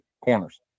corners